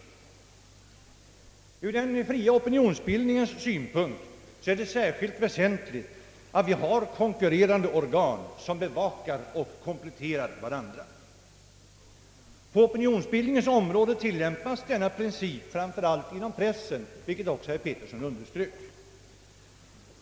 Ur opinionsbildningens synpunkt är det särskilt väsentligt att vi har konkurrerande organ som bevakar och kompletterar varandra. På opinionsbildningens område = tillämpas denna princip framför allt inom pressen, vilket också herr Peterson under strök.